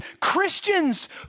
Christians